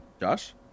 Josh